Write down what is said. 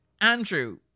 Andrew